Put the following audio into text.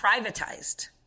privatized